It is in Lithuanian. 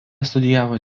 studijavo